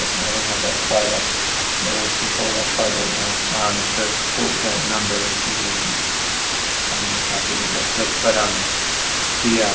i don't have that slide up or control that slide right now to quote that number, maybe i can find my copy of it real quick but um yeah